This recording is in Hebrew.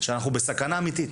שאנחנו בסכנה אמיתית,